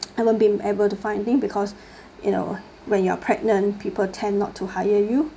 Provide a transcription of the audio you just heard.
I haven't been able to find anything because you know when you're pregnant people tend not to hire you